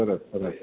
સરસ સરસ